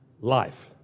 life